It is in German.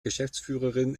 geschäftsführerin